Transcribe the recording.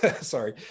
sorry